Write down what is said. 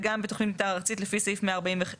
וגם בתוכנית מתאר ארצית לפי סעיף 145(ח)(3),